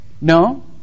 No